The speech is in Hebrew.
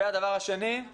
הדבר השני הוא